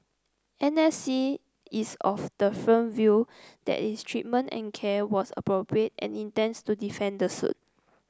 N S C is of the firm view that its treatment and care was appropriate and intends to defend the suit